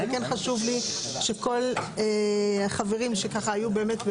כן חשוב לי שכל החברים שהיו ככה באמת,